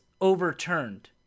overturned